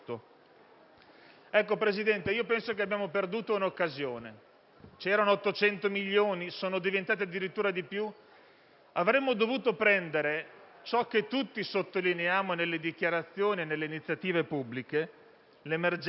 Signor Presidente, penso che abbiamo perduto un'occasione. C'erano 800 milioni, che sono diventati addirittura di più; avremmo dovuto prendere ciò che tutti sottolineiamo nelle dichiarazioni e nelle iniziative pubbliche, l'emergenza